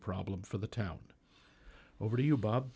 problem for the town over to you bob